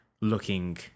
looking